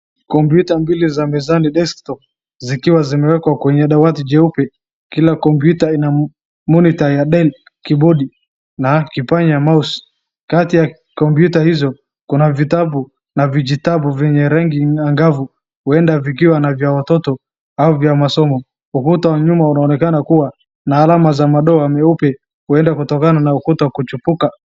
Computer mbili za mezani desktop , zikiwa zimewekwa kwenye dawati jeupe, kila computer ina monitor ya Dell, key board na kipanya mouse , kati ya computer hizo, kuna vitabu na vijitabu vyenye rangi ya kavu huenda vikiwa ni vya watoto au vya masomo, ukuta wa nyuma unaonekana kuwa na alama za madoa meupe huenda kutokana na ukuta kuchipuka.